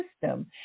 system